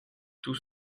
tout